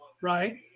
Right